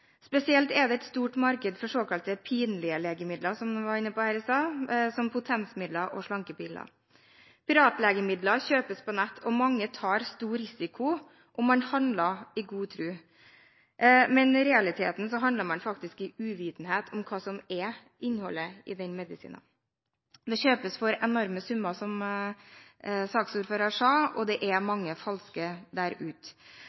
Spesielt er det et stort marked for såkalte pinlige legemidler, som man var inne på her i sted, som potensmidler og slankepiller. Piratlegemidler kjøpes på nett, og mange tar stor risiko, og man handler i god tro. Men i realiteten handler man i uvitenhet om hva som er innholdet i den medisinen. Det kjøpes for enorme summer, som saksordføreren sa, og det er